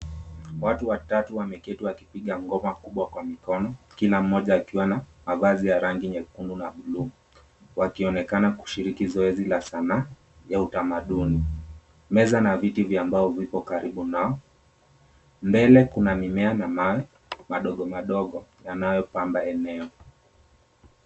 Watu watatu wameketi wakipiga ngoma kubwa kwa mikono, kila mmoja akiwa na mavazi ya rangi nyekundu na bluu, wakionekana kushiriki zoezi la sanaa ya utamaduni. Meza na viti vya mbao vipo karibu nao. Mbele kuna mimea na mawe madogo madogo yanayopamba eneo.